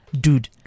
Dude